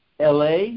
LA